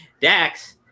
Dax